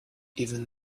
even